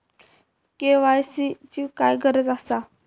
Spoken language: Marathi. के.वाय.सी ची काय गरज आसा?